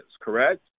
correct